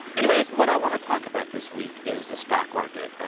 anyways, what i want to talk about this week is the stock market.